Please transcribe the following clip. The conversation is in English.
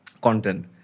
content